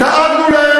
דאגנו להם,